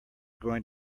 going